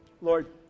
Lord